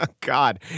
God